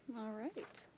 alright.